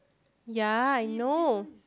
ya I know